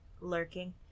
lurking